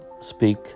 speak